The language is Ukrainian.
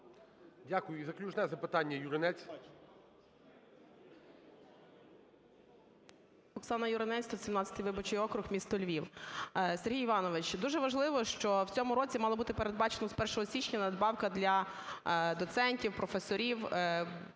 Дякую. І заключне запитання – Юринець